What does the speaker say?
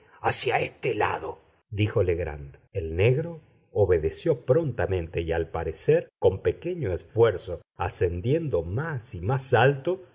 hacia este lado dijo legrand el negro obedeció prontamente y al parecer con pequeño esfuerzo ascendiendo más y más alto